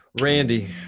Randy